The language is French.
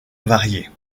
variées